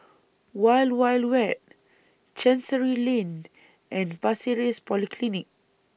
Wild Wild Wet Chancery Lane and Pasir Ris Polyclinic